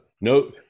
no